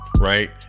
right